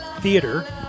Theater